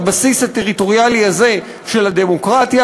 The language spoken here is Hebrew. על הבסיס הטריטוריאלי הזה של הדמוקרטיה.